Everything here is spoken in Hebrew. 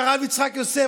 של הרב יצחק יוסף,